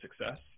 success